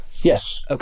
Yes